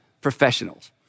professionals